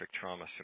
trauma